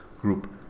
group